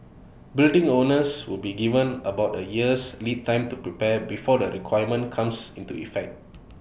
building owners will be given about A year's lead time to prepare before the requirement comes into effect